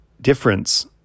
difference